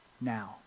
now